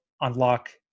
unlock